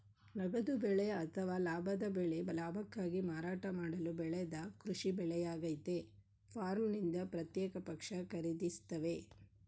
ನಗದು ಬೆಳೆ ಅಥವಾ ಲಾಭದ ಬೆಳೆ ಲಾಭಕ್ಕಾಗಿ ಮಾರಾಟ ಮಾಡಲು ಬೆಳೆದ ಕೃಷಿ ಬೆಳೆಯಾಗಯ್ತೆ ಫಾರ್ಮ್ನಿಂದ ಪ್ರತ್ಯೇಕ ಪಕ್ಷ ಖರೀದಿಸ್ತವೆ